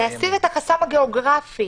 להסיר את החסם הגיאוגרפי.